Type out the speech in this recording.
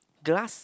glass